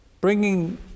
bringing